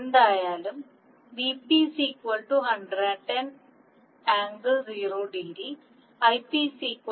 എന്തായാലും Vp 110∠0 ° Ip 6